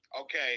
Okay